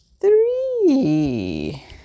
Three